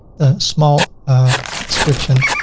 the small description,